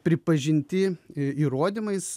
pripažinti įrodymais